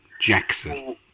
Jackson